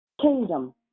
Kingdom